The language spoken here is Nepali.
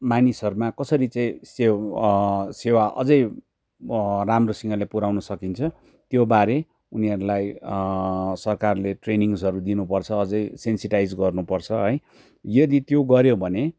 मानिसहरूमा कसरी चाहिँ सेवा सेवा अझै राम्रोसँगले पुऱ्याउनु सकिन्छ त्योबारे उनीहरूलाई सरकारले ट्रेनिङ्सहरू दिनुपर्छ अझै सेन्सिटाइज गर्नुपर्छ है यदि त्यो गऱ्यो भने